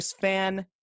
fan